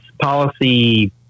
policy